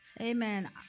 Amen